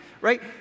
right